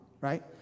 right